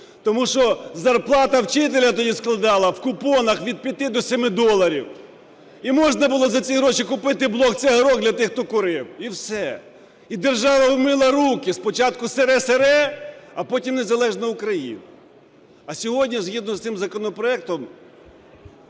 Тому що зарплата вчителя тоді складала в купонах від 5 до 7 доларів. І можна було зі ці гроші купити блок цигарок для тих, хто курив. І все. І держава умила руки: спочатку – СРСР, а потім – незалежна Україна. А сьогодні згідно з цим законопроектом,